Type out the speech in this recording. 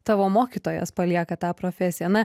tavo mokytojas palieka tą profesiją na